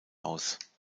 aus